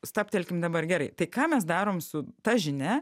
stabtelkim dabar gerai tai ką mes darom su ta žinia